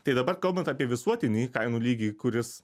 tai dabar kalbant apie visuotinį kainų lygį kuris